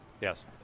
Yes